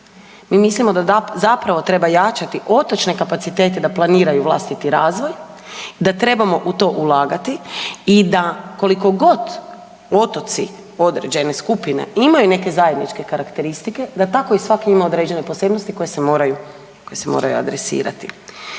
Mi mislimo da zapravo treba jačati otočne kapacitete da planiraju vlastiti razvoj, da trebamo u to ulagati i da koliko god otoci određene skupine imaju neke zajedničke karakteristike da tako i svaki ima određene posebnosti koje se moraju, koje